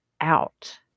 out